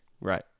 Right